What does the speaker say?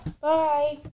Bye